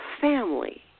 family